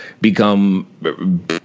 become